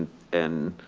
and,